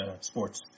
sports